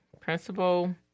Principal